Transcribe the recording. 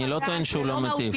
אני לא טוען שהוא לא מיטיב.